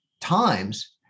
times